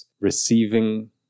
receiving